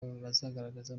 bazagaragara